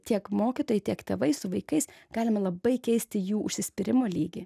tiek mokytojai tiek tėvai su vaikais galime labai keisti jų užsispyrimo lygį